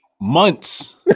Months